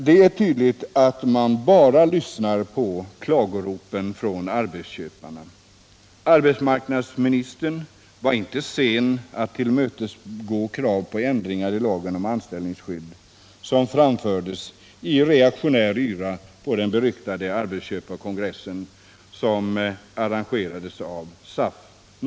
Det är tydligt att man bara lyssnar på klagoropen från arbetsköparna. Arbetsmarknadsministern var inte sen att tillmötesgå de krav på ändringar i lagen om anställningsskydd som framfördes i reaktionär yra på den beryktade arbetsköparkongressen som nyligen arrangerades av SAF.